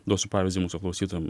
duosiu pavyzdį mūsų klausytojam